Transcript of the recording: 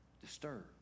disturbed